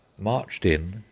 marched in,